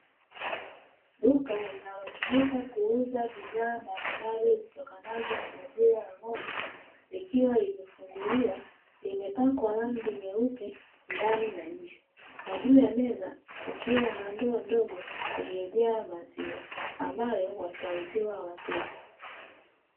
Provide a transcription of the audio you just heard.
Duka linalotumika kuuza bidhaa mbalimbali zitokanazo na maziwa ya ng'ombe likiwa limefunguliwa, limepakwa rangi nyeupe ndani na nje, na juu ya meza kukiwa na ndoo ndogo iliyojaa maziwa ambayo watauziwa wateja.